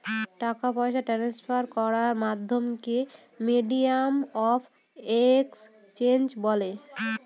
টাকা পয়সা ট্রান্সফার করার মাধ্যমকে মিডিয়াম অফ এক্সচেঞ্জ বলে